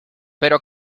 pero